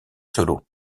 solo